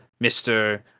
Mr